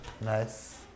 Nice